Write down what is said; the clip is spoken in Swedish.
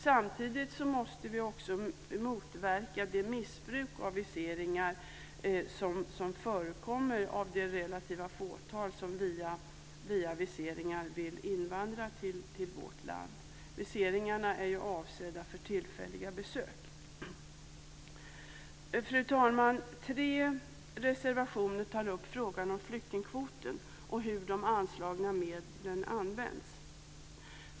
Samtidigt måste vi också motverka det missbruk av viseringar som förekommer av det relativa fåtal som via viseringar vill invandra till vårt land. Viseringarna är ju avsedda för tillfälliga besök. Fru talman! Tre reservationer tar upp frågan om flyktingkvoten och hur de anslagna medlen används.